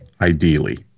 ideally